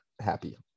happy